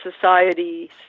societies